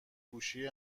گوشی